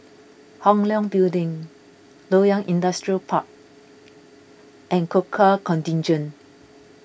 Hong Leong Building Loyang Industrial Park and Gurkha Contingent